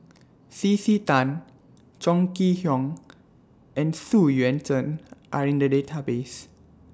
C C Tan Chong Kee Hiong and Xu Yuan Zhen Are in The Database